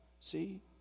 See